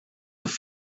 have